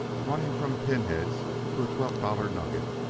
running from pinheads to a twelve-dollar nugget,